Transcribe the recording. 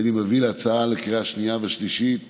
הריני מביא לקריאה שנייה ושלישית